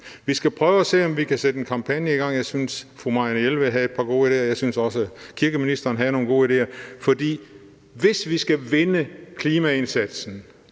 Vi skal prøve at se, om vi kan sætte en kampagne i gang. Jeg synes, fru Marianne Jelved havde et par gode ideer. Jeg synes også, kirkeministeren havde nogle gode ideer. For hvis vi skal vinde klimaindsatsen,